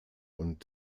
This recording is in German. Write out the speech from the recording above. und